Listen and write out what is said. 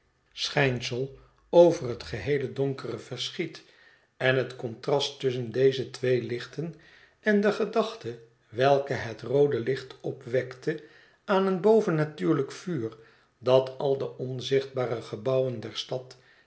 schijnsel over het geheele donkere verschiet en het contrast tussche'n deze twee lichten en de gedachte welke het roode licht opwekte aan een bovennatuurlijk vuur dat al de onzichtbare gebouwen der stad